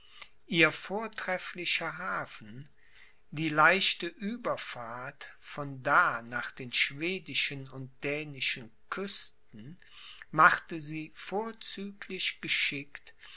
ihr vortrefflicher hafen die leichte ueberfahrt von da nach den schwedischen und dänischen küsten machte sie vorzüglich geschickt